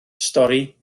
stori